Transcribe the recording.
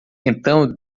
então